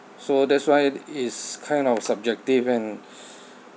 so that's why it's kind of subjective and